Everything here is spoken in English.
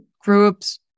groups